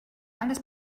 alles